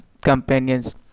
companions